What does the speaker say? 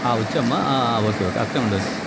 వచ్చావా అమ్మా okay okay అక్కడే ఉండు